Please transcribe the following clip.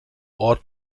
ort